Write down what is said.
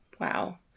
wow